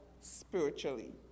spiritually